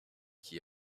qui